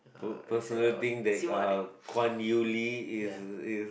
for personal think that uh Kuan-Yew-Lee is is